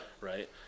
right